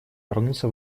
вернуться